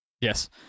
Yes